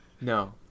No